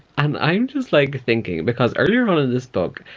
and i'm just like thinking because earlier on in this book,